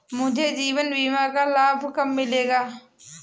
मुझे जीवन बीमा का लाभ कब मिलेगा?